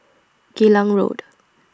Geylang Road